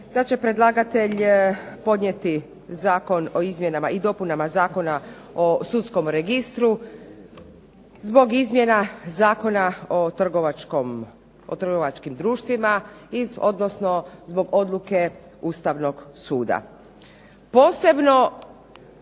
da će predlagatelj podnijeti Zakon o izmjenama i dopunama Zakona o sudskom registru, zbog izmjena Zakona o trgovačkim društvima iz, odnosno zbog odluke Ustavnog suda. Posebno